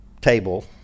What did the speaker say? table